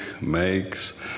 makes